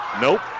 Nope